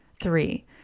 Three